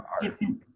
different